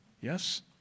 yes